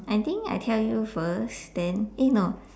I think I tell you first then eh no